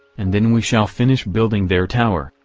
and then we shall finish building their tower,